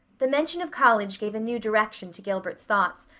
the mention of college gave a new direction to gilbert's thoughts,